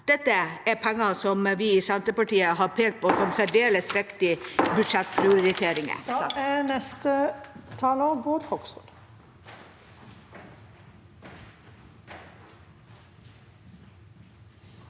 Dette er penger som vi i Senterpartiet har pekt på er særdeles viktig i budsjettprioriteringer.